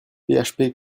php